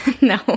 No